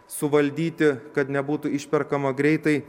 suvaldyti kad nebūtų išperkama greitai